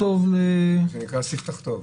זה נקרא ספתח טוב.